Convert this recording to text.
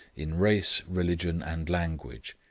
in race, religion and language.